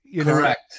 correct